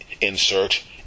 insert